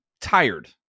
tired